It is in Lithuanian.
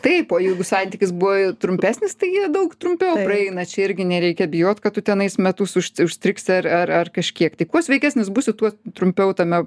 taip jeigu santykis buvo trumpesnis tai jie daug trumpiau praeina čia irgi nereikia bijot kad tu tenai metus užsti užstrigsi ar ar ar kažkiek tik kuo sveikesnis būsi tuo trumpiau tame